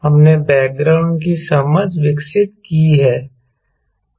हमने बैकग्राउंड की समझ विकसित की है